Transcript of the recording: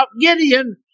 Gideon